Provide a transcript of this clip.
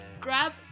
grab